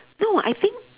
no I think